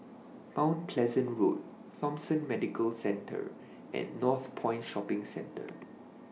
Mount Pleasant Road Thomson Medical Centre and Northpoint Shopping Centre